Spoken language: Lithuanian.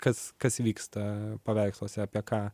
kas kas vyksta paveiksluose apie ką